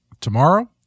tomorrow